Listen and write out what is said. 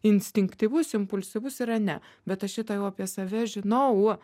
instinktyvus impulsyvus yra ne bet aš šitą jau apie save žinau